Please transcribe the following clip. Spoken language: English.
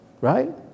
Right